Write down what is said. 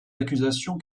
accusations